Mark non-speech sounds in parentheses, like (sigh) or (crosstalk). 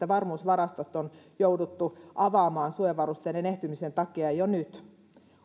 (unintelligible) varmuusvarastot on jouduttu avaamaan suojavarusteiden ehtymisen takia jo nyt